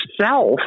self